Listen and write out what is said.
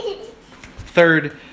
third